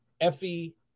Effie